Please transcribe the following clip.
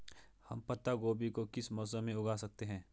हम पत्ता गोभी को किस मौसम में उगा सकते हैं?